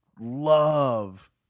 love